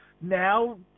Now